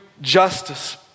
justice